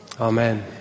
Amen